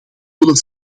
willen